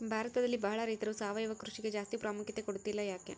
ಭಾರತದಲ್ಲಿ ಬಹಳ ರೈತರು ಸಾವಯವ ಕೃಷಿಗೆ ಜಾಸ್ತಿ ಪ್ರಾಮುಖ್ಯತೆ ಕೊಡ್ತಿಲ್ಲ ಯಾಕೆ?